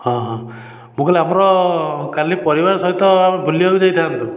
ହଁ ହଁ ମୁଁ କହିଲି ଆମର କାଲି ପରିବାର ସହିତ ଆମେ ବୁଲିବାକୁ ଯାଇଥାନ୍ତୁ